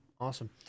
awesome